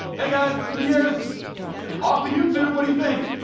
hey guys, two years off of youtube. what do you think?